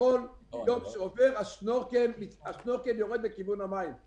-- כל יום שעובר השנורקל יורד לכיוון המים.